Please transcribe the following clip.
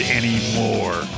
anymore